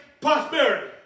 prosperity